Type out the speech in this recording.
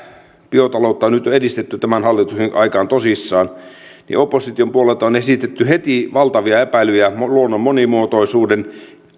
biotaloutta on nyt edistetty tämän hallituksen aikaan tosissaan niin opposition puolelta on esitetty heti valtavia epäilyjä luonnon monimuotoisuuden